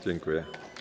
Dziękuję.